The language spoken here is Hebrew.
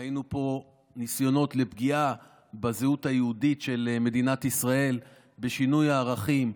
ראינו פה ניסיונות לפגיעה בזהות היהודית של מדינת ישראל בשינוי הערכים,